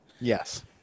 Yes